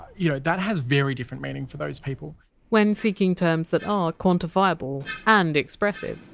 you know that has very different meaning for those people when seeking terms that are quantifiable and expressive,